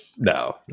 No